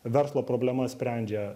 verslo problemas sprendžia